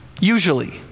Usually